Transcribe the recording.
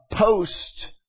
post